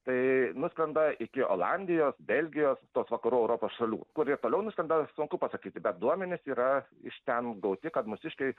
tai nuskrenda iki olandijos belgijos tos vakarų europos šalių kur jie toliau nuskrenda sunku pasakyti bet duomenys yra iš ten gauti kad mūsiškiai